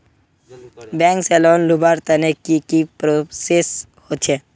Bank से loan लुबार तने की की प्रोसेस होचे?